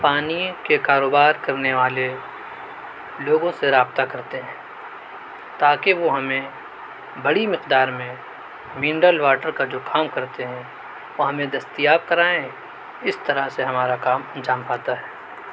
پانی کے کاروبار کرنے والے لوگوں سے رابطہ کرتے ہیں تاکہ وہ ہمیں بڑی مقدار میں منرل واٹر کا جو کام کرتے ہیں وہ ہمیں دستیاب کرائیں اس طرح سے ہمارا کام انجام پاتا ہے